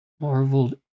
Marveled